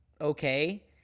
okay